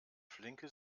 flinke